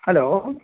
hello